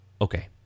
Okay